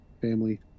family